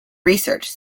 research